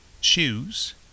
Shoes